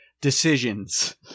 decisions